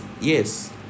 yes